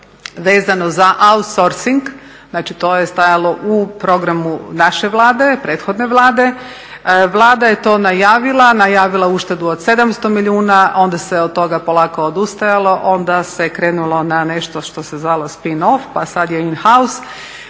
vezano za outsourcing, znači to je stajalo u programu naše Vlade, prethodne Vlade, Vlada je to najavila, najavila je uštedu od 700 milijuna, onda se od toga polako odustajalo, onda se krenulo na nešto što se zvalo spin off, pa sada je in house,